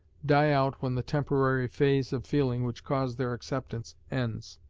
die out when the temporary phase of feeling which caused their acceptance ends.